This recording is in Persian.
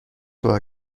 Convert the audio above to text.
واقعا